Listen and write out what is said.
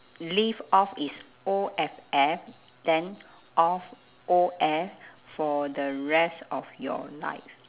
live off is O F F then of O F for the rest of your life